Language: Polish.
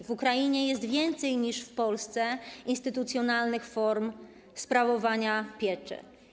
W Ukrainie jest więcej niż w Polsce instytucjonalnych form sprawowania pieczy.